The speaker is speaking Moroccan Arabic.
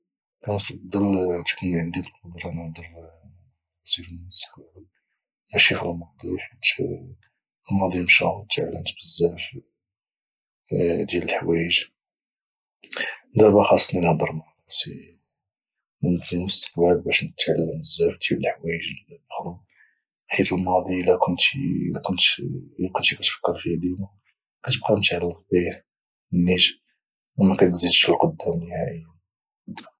كنفضل تكون عندي القدره نهضر مع راسي في المستقبل ماشي في الماضي حيت الماضي مشا تعلمت بزاف ديال الحوايج دابا خاصني نهضر مع راسي المستقبل باش نتعلم بزاف ديال الحوايج اخرى حيت الماضي الى كنتي كتفكر فيه ديما كتبقا متعلق به النيت ومكدزيدش لقدام نهائيا